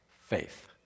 faith